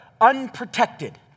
unprotected